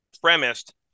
premised